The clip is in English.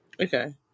Okay